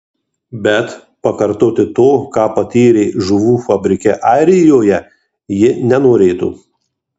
bet pakartoti to ką patyrė žuvų fabrike airijoje ji nenorėtų